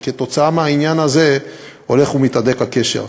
וכתוצאה מהעניין הזה הולך ומתהדק הקשר.